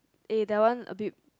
eh that one a bit